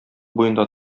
буенда